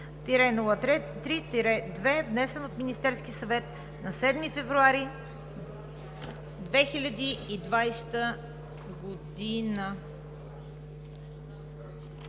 002-03-2, внесен от Министерския съвет на 7 февруари 2020 г.